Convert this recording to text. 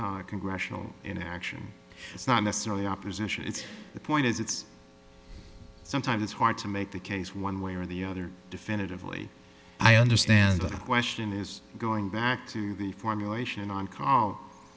congressional inaction it's not necessarily opposition it's the point is it's sometimes hard to make the case one way or the other definitively i understand the question is going back to the formulation on call